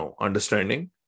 understanding